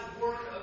work